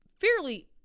fairly